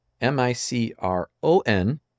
M-I-C-R-O-N